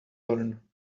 learn